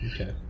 Okay